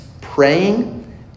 Praying